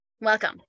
welcome